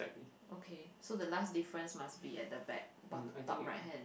okay so the last difference must be at the back bottom top right hand